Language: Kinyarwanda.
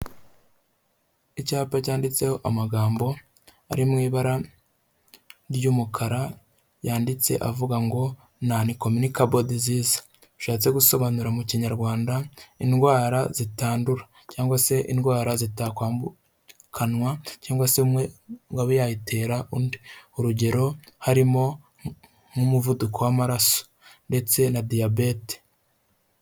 Icyapa cyanditseho amagambo ari mu ibara ry'umukara yanditse avuga ngo non communicable deseases, bishatse gusobanura mu kinyarwanda: indwara zitandura cyangwa se indwara zitakwambukanwa cyangwa se umwe ngo abUyayitera undi. urugero harimo nk'umuvuduko w'amaraso ndetse na diyabete.